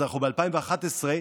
אנחנו ב-2011,